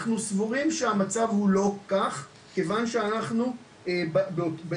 אנחנו סבורים שהמצב הוא לא כך מכיוון שאנחנו בנהלים,